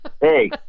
Hey